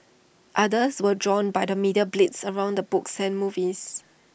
others were drawn by the media blitz around the books and movies